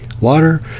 water